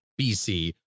BC